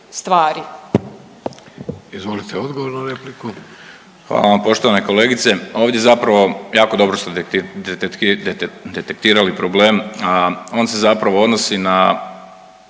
(Hrvatski suverenisti)** Hvala vam poštovana kolegice. Ovdje zapravo jako dobro ste detektirali problem. On se zapravo odnosi na